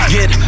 Get